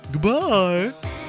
Goodbye